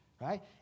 right